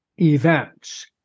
Events